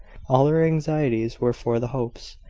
all her anxieties were for the hopes.